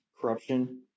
corruption